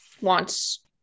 wants